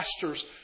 pastors